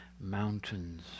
mountains